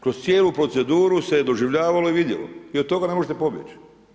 Kroz cijelu proceduru se doživljavalo i vidjelo i od toga ne možete pobjeći.